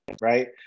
right